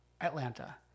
Atlanta